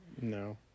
No